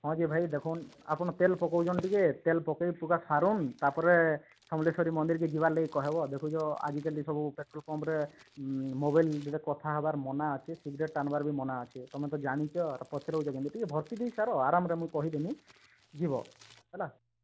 ହଁ ଯେ ଭାଇ ଦେଖୁନ୍ ଆପଣ ତେଲ ପକଉଛନ୍ତି ଟିକେ ତେଲ ପକେଇ ପୁକା ସାରୁନ୍ ତାପରେ ସମଲେଶ୍ୱରୀ ମନ୍ଦିର୍କେ ଯିବାର ଲାଗି କହିବ ଦେଖୁଛ ଆଜିକାଲି ସବୁ ପେଟ୍ରୋଲ୍ ପମ୍ପ୍ରେ ମୋବାଇଲ୍ରେ କଥା ହବାର ମନା ଅଛେ ସିଗ୍ରେଟ୍ ଟାଣିବାର ବି ମନା ଅଛେ ତୁମେ ତ ଯାନିଛ ଆର ପଚାରୁଛ କେମିତି ଟିକେ ଭର୍ତ୍ତି ଦେଇ ସାର ଆରମ୍ରେ ମୁଁ କହିବିନି ଯିବ ହେଲା